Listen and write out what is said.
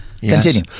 Continue